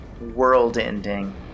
world-ending